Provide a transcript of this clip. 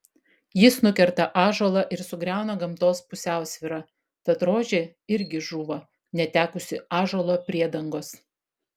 jis nukerta ąžuolą ir sugriauna gamtos pusiausvyrą tad rožė irgi žūva netekusi ąžuolo priedangos